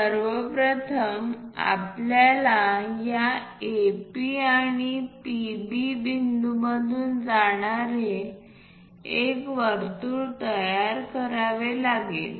सर्व प्रथम आपल्याला या AP आणि PB मधून जाणारे एक वर्तुळ तयार करावे लागेल